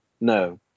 No